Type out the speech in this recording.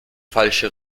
falsche